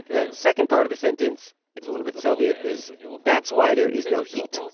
the second part of the sentence it's a little bit soviet is, that's why there is no heat.